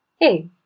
Hey